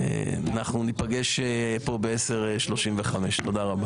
ניפגש פה ב-10:35, תודה רבה.